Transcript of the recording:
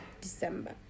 december